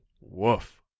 Woof